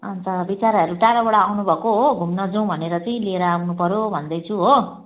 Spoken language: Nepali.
अनि त बिचराहरू टाढाबाट आउनुभएको हो घुम्न जाऔँ भनेर चाहिँ लिएर आउनुपऱ्यो भन्दैछु हो